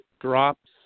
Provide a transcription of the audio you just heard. Drops